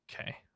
okay